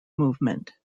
movement